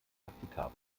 praktikabel